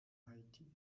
haiti